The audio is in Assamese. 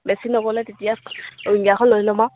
বেছি ন'গলে তেতিয়া উইঙ্গাৰখন লৈ ল'ম আৰু